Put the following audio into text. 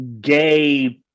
gay